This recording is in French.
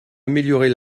améliorer